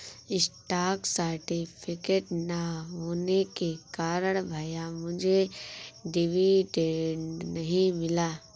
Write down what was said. stock certificate ना होने के कारण भैया मुझे डिविडेंड नहीं मिला